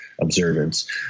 observance